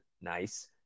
nice